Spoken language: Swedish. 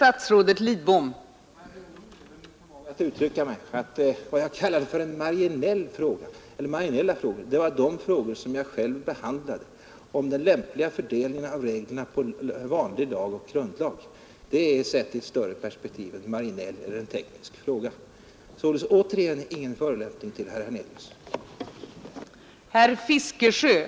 Fru talman! Jag börjar bli orolig över min förmåga att uttrycka mig. Vad jag kallade marginella frågor var de frågor som jag själv behandlade. Jag talade närmast om den lämpliga fördelningen av reglerna på vanlig lag och grundlag. Det är, sett i ett större perspektiv, en marginell eller en teknisk fråga. Jag vill således återigen säga att det anförda inte var avsett som en förolämpning mot herr Hernelius.